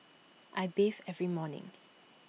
I bathe every morning